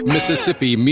Mississippi